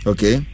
Okay